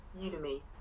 Udemy